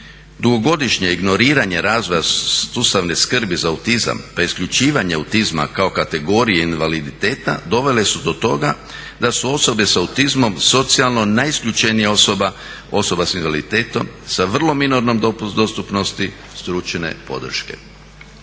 Dugogodišnje ignoriranje razvoja … skrbi za autizam pa isključivanje autizma kao kategorije invaliditeta dovele su do toga da su osobe s autizmom socijalno najisključenija osoba, osoba s invaliditetom sa vrlo minornom dostupnosti stručne podrške.